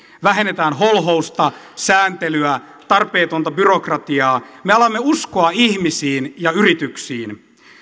vähennetään holhousta sääntelyä tarpeetonta byrokratiaa me alamme uskoa ihmisiin ja yrityksiin